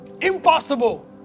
Impossible